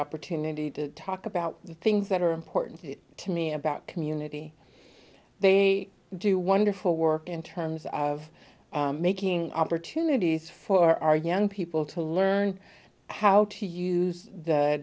opportunity to talk about the things that are important to me about community they do wonderful work in terms of making opportunities for our young people to learn how to use the